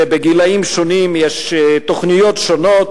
ובגילים שונים יש תוכניות שונות.